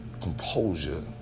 composure